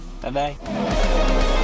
Bye-bye